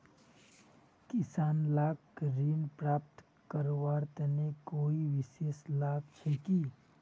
किसान लाक ऋण प्राप्त करवार तने कोई विशेष लाभ छे कि?